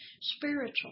Spiritual